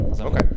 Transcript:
okay